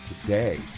today